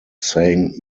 saying